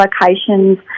locations